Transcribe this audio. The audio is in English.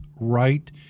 right